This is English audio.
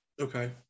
Okay